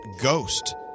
Ghost